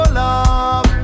love